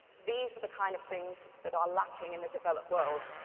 these are the kind of things that are lacking in the developed world,